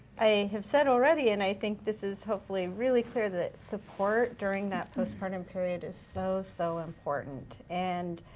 i have said already, and i think this is hopefully really clear that support during that postpartum period is so, so important. and